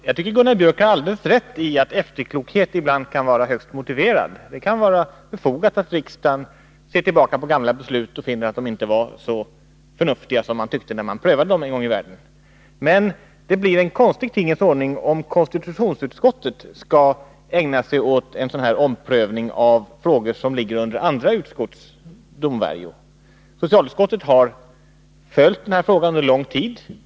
Fru talman! Gunnar Biörck har alldeles rätt i att efterklokhet ibland kan vara högst motiverad. Det kan vara befogat att riksdagen ser tillbaka på gamla beslut och finner att de inte var så förnuftiga som man tyckte, när man en gång i världen fattade dem. Men det blir en konstig tingens ordning, om konstitutionsutskottet skall ägna sig åt en sådan här omprövning av frågor, som ligger under andra utskotts domvärjo. Socialutskottet har följt denna fråga under lång tid.